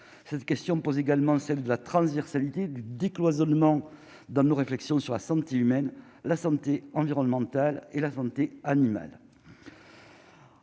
cette question pose également celle de la transversalité du décloisonnement dans nos réflexions sur la santé humaine, la santé environnementale et la santé animale.